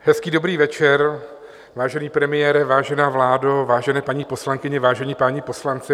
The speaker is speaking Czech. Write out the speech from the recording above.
Hezký dobrý večer, vážený premiére, vážená vládo, vážené paní poslankyně, vážení páni poslanci.